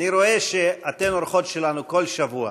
אני רואה שאתן אורחות שלנו כל שבוע.